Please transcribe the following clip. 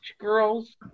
girls